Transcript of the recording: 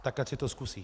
Tak ať si to zkusí!